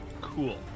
cool